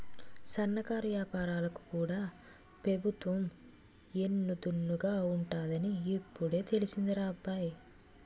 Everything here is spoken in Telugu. సన్నకారు ఏపారాలకు కూడా పెబుత్వం ఎన్ను దన్నుగా ఉంటాదని ఇప్పుడే తెలిసిందిరా అబ్బాయి